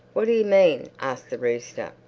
what do you mean? asked the rooster.